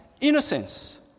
Innocence